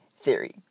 Theory